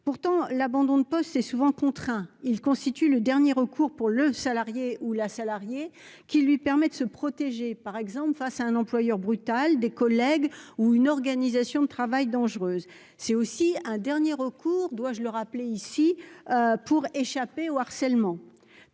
pourtant, l'abandon de poste, c'est souvent contraints il constitue le dernier recours pour le salarié ou la salariée qui lui permet de se protéger, par exemple, face à un employeur brutale des collègues ou une organisation de travail dangereuses, c'est aussi un dernier recours, dois-je le rappeler ici pour échapper au harcèlement